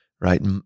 right